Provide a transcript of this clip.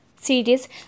series